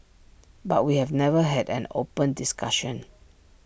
but we've never had an open discussion